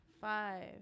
five